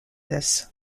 this